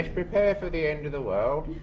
prepare for the end of the world.